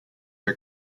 are